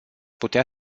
putea